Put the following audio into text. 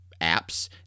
apps